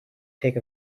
take